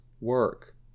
work